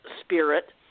spirit